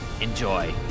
enjoy